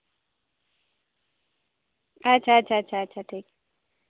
ᱟᱪᱪᱷᱟ ᱟᱪᱪᱷᱟ ᱟᱪᱪᱷᱟ ᱟᱪᱪᱷᱟ ᱴᱷᱤᱠ